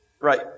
Right